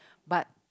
but